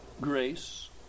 grace